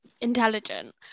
intelligent